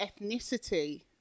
ethnicity